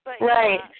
Right